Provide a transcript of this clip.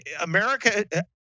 America